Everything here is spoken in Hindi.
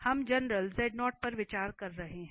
हम जनरल पर विचार कर रहे हैं